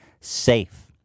safe